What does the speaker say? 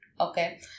Okay